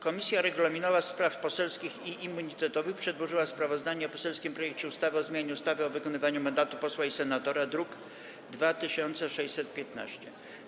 Komisja Regulaminowa, Spraw Poselskich i Immunitetowych przedłożyła sprawozdanie o poselskim projekcie ustawy o zmianie ustawy o wykonywaniu mandatu posła i senatora, druk nr 2615.